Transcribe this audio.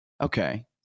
okay